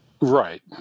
Right